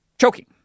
choking